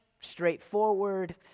straightforward